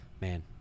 Man